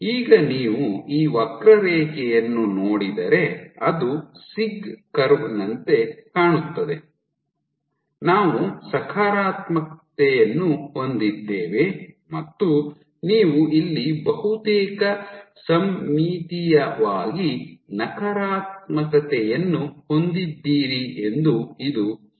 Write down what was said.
ಈಗ ನೀವು ಈ ವಕ್ರರೇಖೆಯನ್ನು ನೋಡಿದರೆ ಅದು ಸಿಗ್ ಕರ್ವ್ ನಂತೆ ಕಾಣುತ್ತದೆ ನಾವು ಸಕಾರಾತ್ಮಕತೆಯನ್ನು ಹೊಂದಿದ್ದೇವೆ ಮತ್ತು ನೀವು ಇಲ್ಲಿ ಬಹುತೇಕ ಸಮ್ಮಿತೀಯವಾಗಿ ನಕಾರಾತ್ಮಕತೆಯನ್ನು ಹೊಂದಿದ್ದೀರಿ ಎಂದು ಇದು ಸೂಚಿಸುತ್ತದೆ